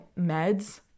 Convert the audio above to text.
meds